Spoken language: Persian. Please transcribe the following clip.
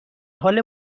حال